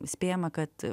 spėjama kad